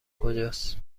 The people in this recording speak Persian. کجاست